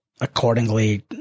accordingly –